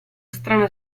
strano